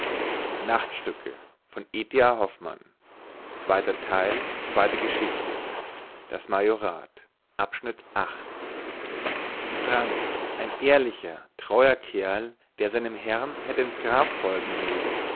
franz ein ehrlicher treuer kerl der seinem herrn hätte ins grab folgen mögen